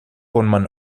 forman